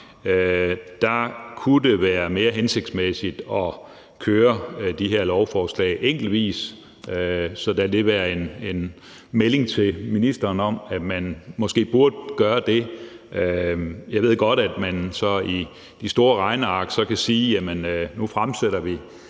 Der kunne det være mere hensigtsmæssigt at køre de her lovforslag enkeltvis. Så lad det være en melding til ministeren om, at man måske burde gøre det. Jeg ved godt, at man så i de store regneark kan sige, at nu fremsætter vi